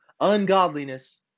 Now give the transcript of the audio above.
Ungodliness